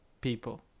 people